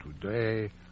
today